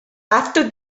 after